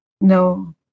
no